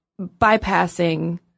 bypassing